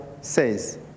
says